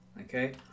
Okay